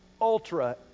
ultra